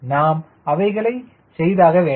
நாம் அவைகளை செய்தாக வேண்டும்